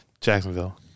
Jacksonville